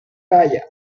talla